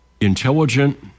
Intelligent